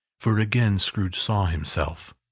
for again scrooge saw himself.